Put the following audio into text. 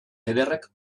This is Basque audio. ederrek